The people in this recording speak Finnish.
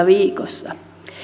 viikossa